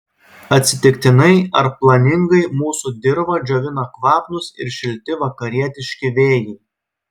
atsitiktinai ar planingai mūsų dirvą džiovina kvapnūs ir šilti vakarietiški vėjai